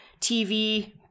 TV